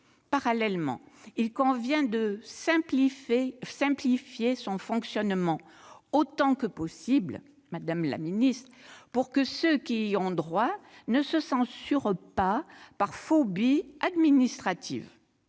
parallèlement, il convient de simplifier son fonctionnement autant que possible, madame la secrétaire d'État, pour que ceux qui y ont droit ne se censurent pas par « phobie administrative